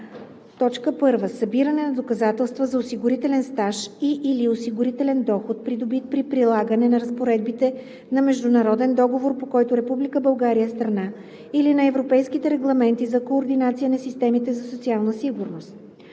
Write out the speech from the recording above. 1. събиране на доказателства за осигурителен стаж и/или осигурителен доход, придобит при прилагане на разпоредбите на международен договор, по който Република България е страна, или на европейските регламенти за координация на системите за социална сигурност;